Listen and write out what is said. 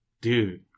dude